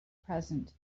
present